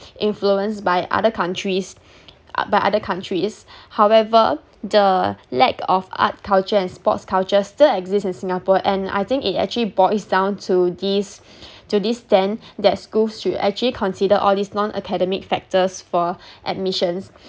influence by other countries uh by other countries however the lack of art culture and sports culture still exist in singapore and I think it actually boils down to this to this stand that schools should actually consider all this non academic factors for admissions